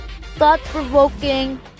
thought-provoking